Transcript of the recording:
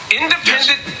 independent